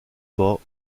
bas